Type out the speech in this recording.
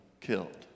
killed